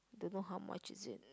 don't know how much is it